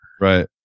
Right